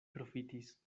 profitis